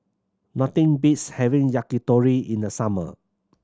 nothing beats having Yakitori in the summer